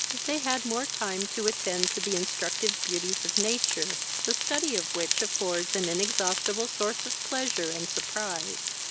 they had more time to attend to the instructive beauties of nature, the study of which affords an inexhaustible source of pleasure and surprise.